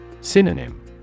Synonym